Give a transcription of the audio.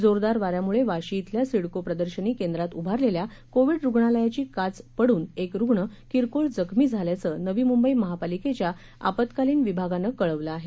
जोरदार वाऱ्यांमुळे वाशी इथल्या सिडको प्रदर्शनी केंद्रात उभालेल्या कोविड रूग्णालयाची काच पडून एक रूग्ण किरकोळ जखमी झाला असल्याचं नवी मुंबई महापालिकेच्या आपत्कालीन विभागानं कळवलं आहे